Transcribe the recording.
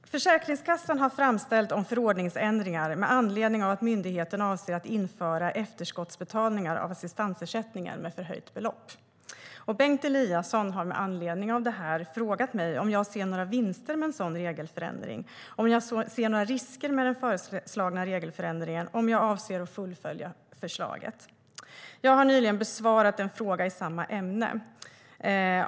Herr talman! Försäkringskassan har framställt om förordningsändringar med anledning av att myndigheten avser att införa efterskottsbetalningar av assistansersättning med förhöjt belopp. Bengt Eliasson har med anledning av detta frågat mig om jag ser några vinster med en sådan regelförändring, om jag ser några risker med den föreslagna regelförändringen och om jag avser att fullfölja förslaget. Jag har nyligen besvarat en fråga i samma ämne.